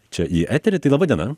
čia į eterį tai laba diena